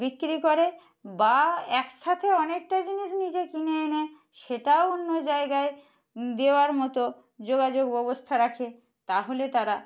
বিক্রি করে বা একসাথে অনেকটা জিনিস নিজে কিনে এনে সেটাও অন্য জায়গায় দেওয়ার মতো যোগাযোগ ব্যবস্থা রাখে তাহলে তারা